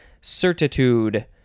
certitude